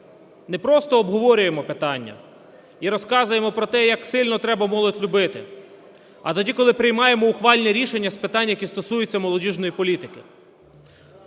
не просто обговорюємо питання і розказуємо про те, як сильно треба молодь любити, а тоді, коли приймаємо ухвальне рішення з питань, які стосуються молодіжної політики.